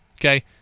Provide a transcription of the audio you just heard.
Okay